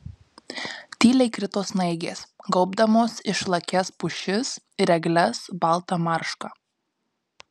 tyliai krito snaigės gaubdamos išlakias pušis ir egles balta marška